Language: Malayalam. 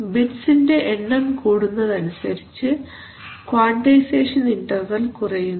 ബിറ്റ്സിന്റെ എണ്ണം കൂടുന്നതനുസരിച്ച് ക്വാൺടൈസേഷൻ ഇൻറർവൽ കുറയുന്നു